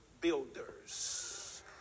builders